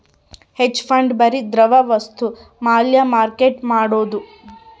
hedge fund ಬರಿ ದ್ರವ ವಸ್ತು ಮ್ಯಾಲ ಮಾರ್ಕೆಟ್ ಮಾಡೋದು